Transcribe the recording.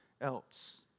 else